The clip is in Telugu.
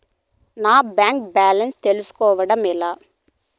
నా బ్యాంకు బ్యాలెన్స్ తెలుస్కోవడం ఎలా?